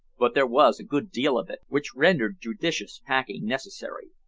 but there was a good deal of it, which rendered judicious packing necessary.